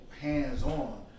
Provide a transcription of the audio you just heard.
hands-on